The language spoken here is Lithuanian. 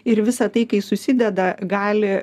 ir visa tai kai susideda gali